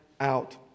out